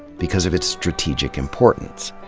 because of its strategic importance.